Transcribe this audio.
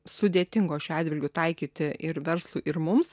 sudėtingos šiuo atžvilgiu taikyti ir verslui ir mums